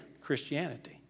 christianity